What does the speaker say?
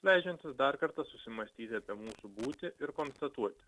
leidžiantis dar kartą susimąstyti apie mūsų būtį ir konstatuoti